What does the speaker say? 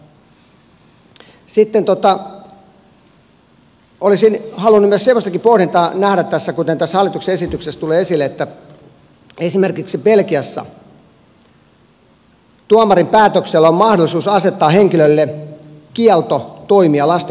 sitten olisin halunnut myös semmoistakin pohdintaa nähdä tässä kuten tässä hallituksen esityksessä tulee esille että esimerkiksi belgiassa tuomarin päätöksellä on mahdollisuus asettaa henkilölle kielto toimia lasten kanssa